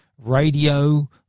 radio